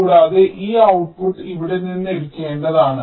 കൂടാതെ ഈ ഔട്ട്പുട്ട് ഇവിടെ നിന്ന് എടുക്കേണ്ടതാണ്